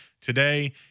today